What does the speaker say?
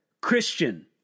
Christian